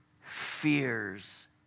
fears